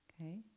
Okay